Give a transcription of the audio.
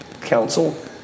council